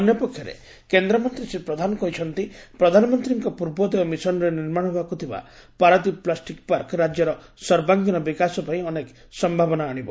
ଅନ୍ୟପକ୍ଷରେ କେଦ୍ରମନ୍ତୀ ଶ୍ରୀ ପ୍ରଧାନ କହିଛନ୍ତି ପ୍ରଧାନମନ୍ତୀଙ୍କ ପୂର୍ବୋଦୟ ମିଶନରେ ନିର୍ମାଣ ହେବାକୁ ଥିବା ପାରାଦୀପ ପ୍ଲାଷ୍ଟିକ ପାର୍କ ରାଜ୍ୟର ସର୍ବାଙ୍ଗୀନ ବିକାଶ ପାଇଁ ଅନେକ ସମ୍ଭାବନା ଆଶିବ